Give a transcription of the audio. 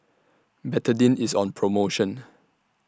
Betadine IS on promotion